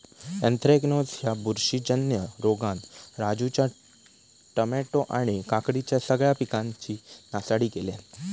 anthracnose ह्या बुरशीजन्य रोगान राजूच्या टामॅटो आणि काकडीच्या सगळ्या पिकांची नासाडी केल्यानं